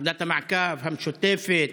ועדת המעקב המשותפת,